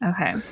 Okay